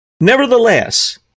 Nevertheless